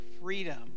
freedom